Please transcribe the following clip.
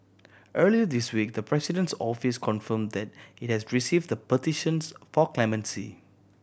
earlier this week the President's Office confirmed that it had received the petitions for clemency